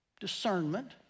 discernment